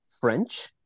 French